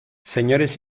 señores